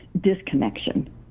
disconnection